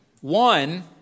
One